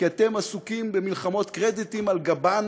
כי אתם עסוקים במלחמות קרדיטים על גבן